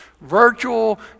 virtual